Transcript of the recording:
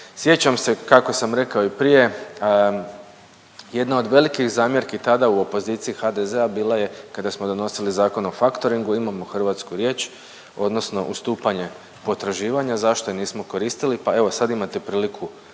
Sjećam se kako sam rekao i prije, jedna od velikih zamjerki tada u opoziciji HDZ-a bila je kada smo donosili Zakon o faktoringu, imamo hrvatsku riječ odnosno ustupanje potraživanja, zašto je nismo koristili, pa evo sad imate priliku koristiti